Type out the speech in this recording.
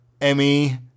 Emmy